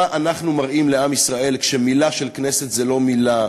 מה אנחנו מראים לעם ישראל כשמילה של הכנסת היא לא מילה,